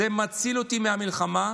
זה מציל אותי מהמלחמה.